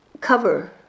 cover